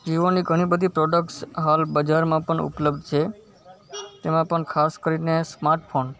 Vivo ની ઘણી બધી પ્રોડક્ટ્સ હાલ બજારમાં પણ ઉપલબ્ધ છે તેમાં પણ ખાસ કરીને સ્માર્ટ ફોન